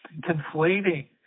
conflating